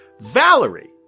Valerie